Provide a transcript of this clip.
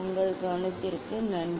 உங்கள் கவனத்திற்கு நன்றி